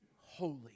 holy